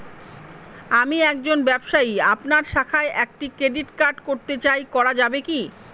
আমি একজন ব্যবসায়ী আপনার শাখায় একটি ক্রেডিট কার্ড করতে চাই করা যাবে কি?